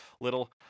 little